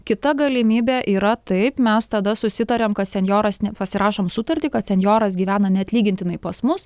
kita galimybė yra taip mes tada susitariam kad senjoras pasirašom sutartį kad senjoras gyvena neatlygintinai pas mus